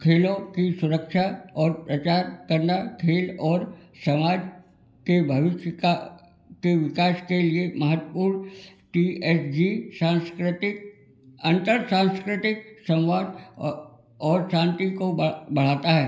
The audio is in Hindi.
खेलों की सुरक्षा और प्रचार करना खेल और समाज के भविष्य का के विकास के लिए महत्वपूर्ण टी एच जी संस्कृतिक अंतरसांस्कृतिक संवाद और शांति को बढ़ाता है